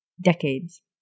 decades